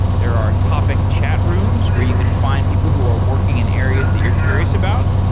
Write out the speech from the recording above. there are topic chat rooms where you can find people who are working in areas that you're curious about,